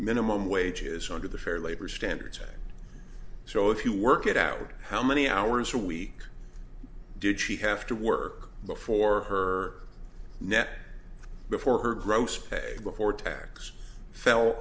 minimum wage is under the fair labor standards act so if you work it out how many hours a week did she have to work before her net before her gross pay before tax fell